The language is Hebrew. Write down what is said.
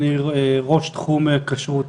אני ראש תחום כשרות